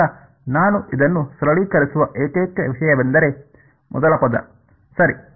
ಈಗ ನಾನು ಇದನ್ನು ಸರಳೀಕರಿಸುವ ಏಕೈಕ ವಿಷಯವೆಂದರೆ ಮೊದಲ ಪದ ಸರಿ